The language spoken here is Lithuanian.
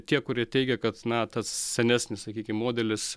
tie kurie teigia kad na tas senesnis sakykim modelis